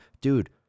dude